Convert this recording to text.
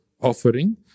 offering